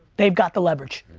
they've got the leverage.